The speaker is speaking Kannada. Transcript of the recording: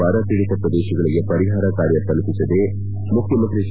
ಬರ ಪೀಡಿತ ಪ್ರದೇಶಗಳಿಗೆ ಪರಿಹಾರ ಕಾರ್ಯ ತಲುಪಿಸದೇ ಮುಖ್ಯಮಂತ್ರಿ ಹೆಚ್